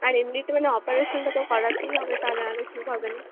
আর এমনি তো মানে অপারেশনটা তো করাতেই হবে তা না হলে ঠিক হবে না